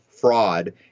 fraud